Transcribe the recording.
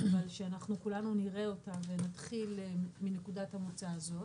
אבל שאנחנו כולנו נראה אותה ונתחיל מנקודת המוצא הזאת,